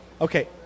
okay